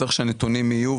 צריך שהנתונים יהיו,